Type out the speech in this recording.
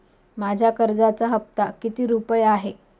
माझ्या कर्जाचा हफ्ता किती रुपये आहे?